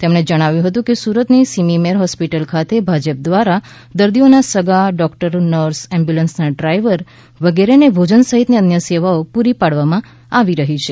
તેમણે જણાવ્યું હતું કે સુરતની સ્મીમેર હોસ્પિટલ ખાતે ભાજપ દ્વારા દર્દીઓના સગા ડોકટરો નર્સ એમ્બ્યુલન્સના ડ્રાઈવર વગેરેને ભોજન સહિતની અન્ય સેવાઓ પૂરી પાડવામાં આવી રહી છે